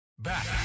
Back